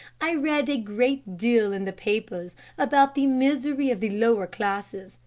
i read a great deal in the papers about the misery of the lower classes,